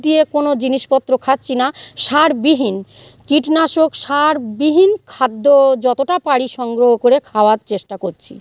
দিয়ে কোনো জিনিসপত্র খাচ্ছি না সারবিহীন কীটনাশক সারবিহীন খাদ্য যতটা পারি সংগ্রহ করে খাওয়ার চেষ্টা করছি